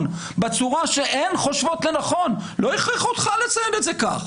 בצורה שהן חושבות לנכון לא הכריחו אותך לציין את זה כך